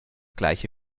gleiche